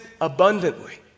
abundantly